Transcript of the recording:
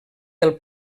del